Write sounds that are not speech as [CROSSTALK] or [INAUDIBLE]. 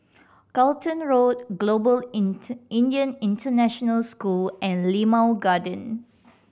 Charlton Road Global [UNINTELLIGIBLE] Indian International School and Limau Garden